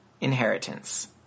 inheritance